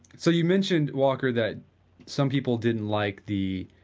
so, you mentioned, walker, that some people didn't like the